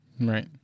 Right